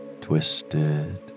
twisted